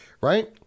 right